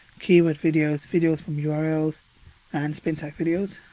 keyword videos, videos from yeah urls and spintax videos.